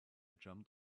jumped